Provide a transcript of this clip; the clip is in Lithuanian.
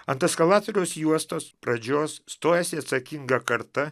ant eskalatoriaus juostos pradžios stojasi atsakinga karta